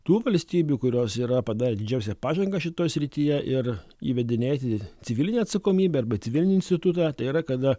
tų valstybių kurios yra padarę didžiausią pažangą šitoj srityje ir įvedinėti civilinę atsakomybę arba civilinį institutą tai yra kada